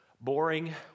Boring